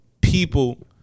People